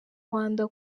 rwanda